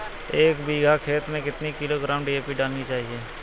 एक बीघा खेत में कितनी किलोग्राम डी.ए.पी डालनी चाहिए?